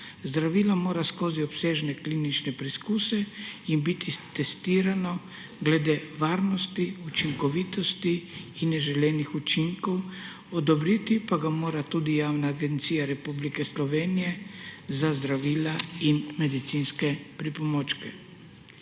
Zdravilo mora skozi obsežne klinične preizkuse in biti testirano glede varnosti, učinkovitosti in neželenih učinkov, odobriti pa ga mora tudi Javna agencija Republike Slovenije za zdravila in medicinske pripomočke.